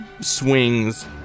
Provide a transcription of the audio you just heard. swings